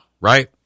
right